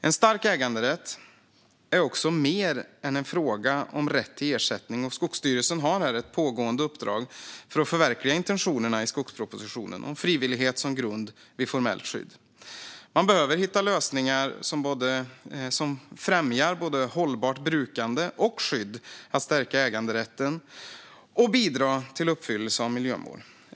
En stark äganderätt är också mer än en fråga om rätt till ersättning, och Skogsstyrelsen har ett pågående uppdrag för att förverkliga intentionerna i skogspropositionen om frivillighet som grund vid formellt skydd. Man behöver hitta lösningar som främjar både hållbart brukande och skydd att stärka äganderätten och som bidrar till uppfyllelse av miljömål.